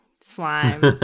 Slime